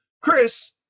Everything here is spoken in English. Chris